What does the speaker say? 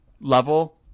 level